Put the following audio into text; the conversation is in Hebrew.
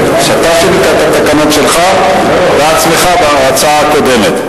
אתה שינית את התקנון שלך בעצמך בהצעה הקודמת.